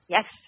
Yes